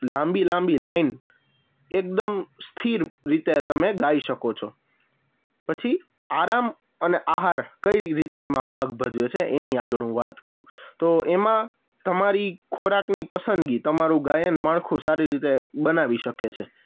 લાંબી લાંબી લાઈન એકદમ સ્થિર રીતે તમે ગાઈ શકો છો પછી આરામ અને આહાર કઈ રીતે એમાં ભાગ ભજવે છે એની આગળ હું વાત કરું તો એમાં તમારી ખોરાકની પસંદગી તમારું ગાયન માળખું સારી રીતે બનાવી શકે છે